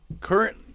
current